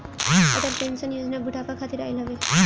Atal pension Yojana बुढ़ापा खातिर आईल हवे